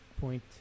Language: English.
point